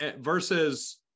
Versus